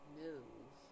news